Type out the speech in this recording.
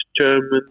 German